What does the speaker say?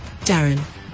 Darren